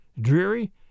dreary